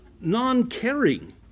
non-caring